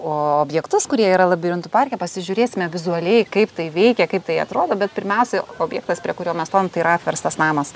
objektus kurie yra labirintų parke pasižiūrėsime vizualiai kaip tai veikia kaip tai atrodo bet pirmiausia objektas prie kurio mes stovim tai yra apverstas namas